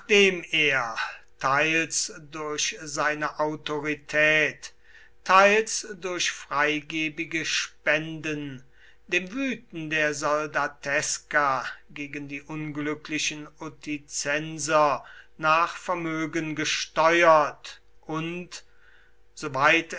nachdem er teils durch seine autorität teils durch freigebige spenden dem wüten der soldateska gegen die unglücklichen uticenser nach vermögen gesteuert und soweit